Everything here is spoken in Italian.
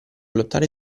lottare